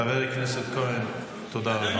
חבר הכנסת כהן, תודה רבה.